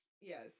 yes